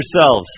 yourselves